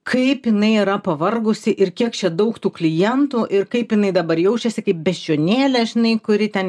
kaip jinai yra pavargusi ir kiek čia daug tų klientų ir kaip jinai dabar jaučiasi kaip beždžionėlė žinai kuri ten